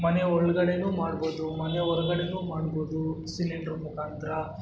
ಮನೆ ಒಳಗಡೆಯೂ ಮಾಡ್ಬೌದು ಮನೆ ಹೊರ್ಗಡೆಯೂ ಮಾಡ್ಬೋದು ಸಿಲಿಂಡ್ರು ಮುಖಾಂತ್ರ